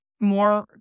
more